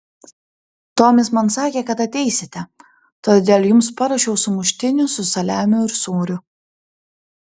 tomis man sakė kad ateisite todėl jums paruošiau sumuštinių su saliamiu ir sūriu